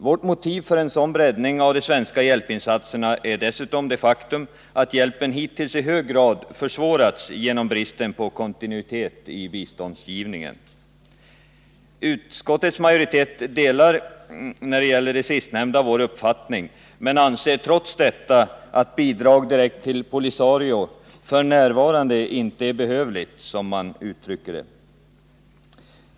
Vårt motiv för en sådan breddning av de svenska hjälpinsatserna är dessutom det faktum att hjälpen hittills i hög grad försvårats genom bristen på kontinuitet i biståndsgivningen. Utskottets majoritet delar vår uppfattning när det gäller det sistnämnda, men man anser trots detta att bidrag direkt till POLISARIO ”f. n. inte är behövligt”, som man uttrycker det.